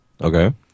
Okay